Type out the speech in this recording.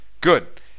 Good